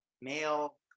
male